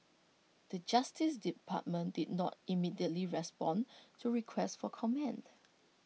the justice department did not immediately respond to request for comment